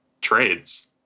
trades